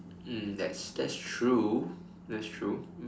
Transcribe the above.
mm that's that's true that's true